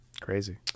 Crazy